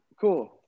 cool